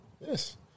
Yes